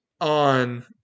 on